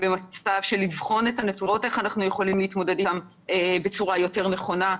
במצב של בחינה איך אנחנו יכולים להתמודד בצורה יותר נכונה.